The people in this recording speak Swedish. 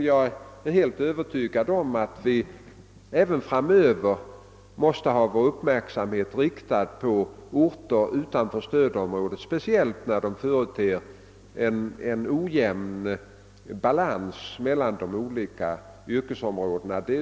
Jag är helt övertygad om att vi även i framtiden måste ha vår uppmärksamhet riktad på orter utanför stödområdet, speciellt när de företer en ojämn balans mellan de olika yrkesområdena.